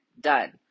Done